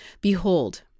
Behold